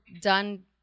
done